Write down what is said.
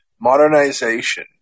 Modernization